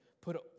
put